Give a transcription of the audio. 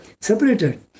separated